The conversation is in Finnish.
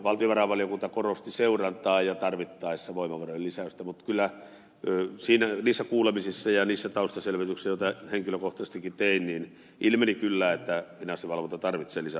valtiovarainvaliokunta korosti seurantaa ja tarvittaessa voimavarojen lisäystä mutta niissä kuulemisissa ja niissä taustaselvityksissä joita henkilökohtaisestikin tein ilmeni kyllä että finanssivalvonta tarvitsee lisävoimavaroja